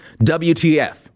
WTF